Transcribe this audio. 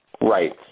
Right